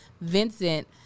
vincent